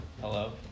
hello